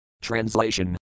Translation